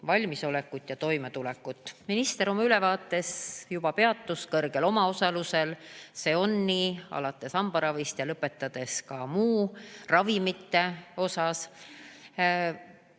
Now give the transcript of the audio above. valmisolekut ja toimetulekut. Minister oma ülevaates juba peatus kõrgel omaosalusel. See on nii alates hambaravist ja lõpetades näiteks ravimitega.